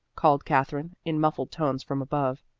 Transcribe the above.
called katherine in muffled tones from above.